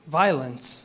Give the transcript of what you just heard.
violence